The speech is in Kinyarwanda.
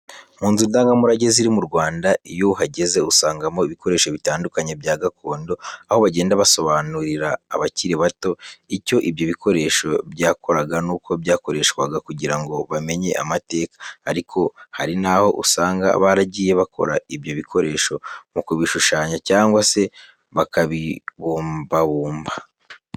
Mu nzu ndangamurage ziri mu Rwanda, iyo uhageze usangamo ibikoresho bitandukanye bya gakondo, aho bagenda basobanurira abakiri bato icyo ibyo bikoresho byakoraga n'uko byakoreshwaga kugira ngo bamenye amateka. Ariko hari naho usanga baragiye bakora ibyo bikoresho mu kubishushanya cyangwa se bakabibumbabumba.